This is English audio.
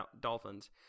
dolphins